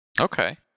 Okay